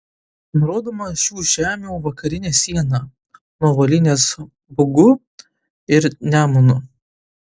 nurodoma šių žemių vakarinė siena nuo volynės bugu ir nemunu